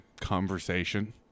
conversation